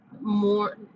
more